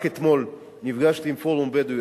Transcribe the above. רק אתמול נפגשתי בלשכתי עם פורום בדואי,